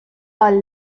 حال